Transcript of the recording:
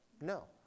No